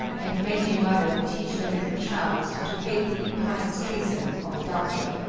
and many a mother teach her little child to hate the impious treason of adultery.